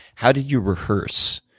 how did you rehearse?